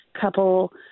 couple